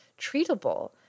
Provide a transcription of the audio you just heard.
treatable